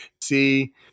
see